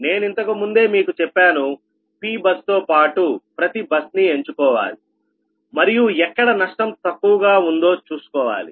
నేను ఇంతకుముందే మీకు చెప్పాను P బస్ తో పాటు ప్రతి బస్ ని ఎంచుకోవాలి మరియు ఎక్కడ నష్టం తక్కువగా ఉందో చూసుకోవాలి